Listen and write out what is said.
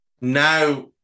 Now